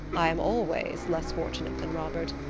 i am always less fortunate than robert.